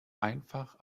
einfach